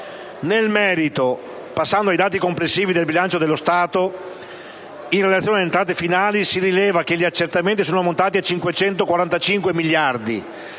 Nel merito, passando ai dati complessivi del bilancio dello Stato, in relazione alle entrate finali, si rileva che gli accertamenti sono ammontati a circa 545 miliardi